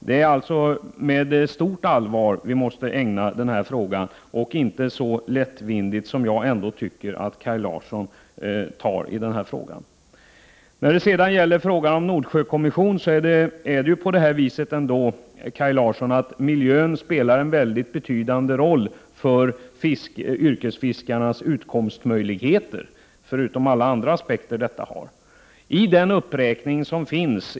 Det är alltså med stort allvar som vi måste behandla den här frågan. Man får inte behandla den så lättvindigt som jag tycker att Kaj Larsson gör. Beträffande Nordsjökommissionen är det ändå så att miljön spelar en betydande roll för yrkesfiskarnas utkomstmöjligheter, förutom alla andra aspekter som finns.